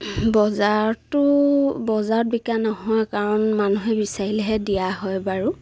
বজাৰটো বজাৰত বিকা নহয় কাৰণ মানুহে বিচাৰিলেহে দিয়া হয় বাৰু